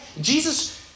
Jesus